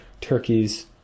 Turkey's